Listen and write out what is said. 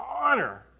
honor